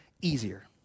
easier